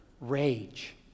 rage